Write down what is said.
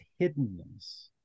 hiddenness